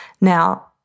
Now